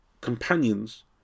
companions